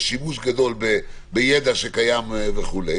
יש שימוש גדול בידע שקיים, וכו'.